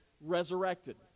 resurrected